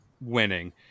winning